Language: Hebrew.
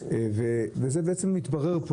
הילדים שלי,